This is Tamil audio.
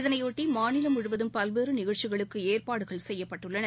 இந்நாளையொட்டிமாநிலம் முழுவதும் பல்வேறுநிகழ்ச்சிகளுக்குஏற்பாடுகள் செய்யப்பட்டுள்ளன